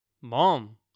Mom